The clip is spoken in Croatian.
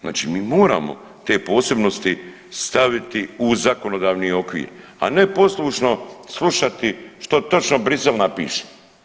Znači mi moramo te posebnosti staviti u zakonodavni okvir, a ne poslušno slušati što točno Bruxelles napiše.